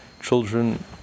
children